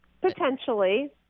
Potentially